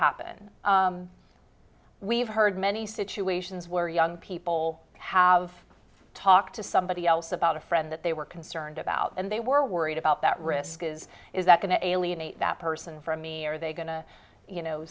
happen we've heard many situations where young people have talked to somebody else about a friend that they were concerned about and they were worried about that risk is is that going to alienate that person from me are they go